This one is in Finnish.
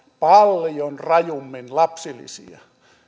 paljon rajummin lapsilisiä